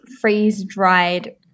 freeze-dried